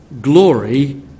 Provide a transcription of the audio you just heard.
glory